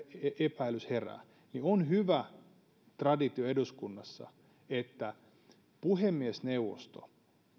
epäilys herää on eduskunnassa hyvä traditio että puhemiesneuvosto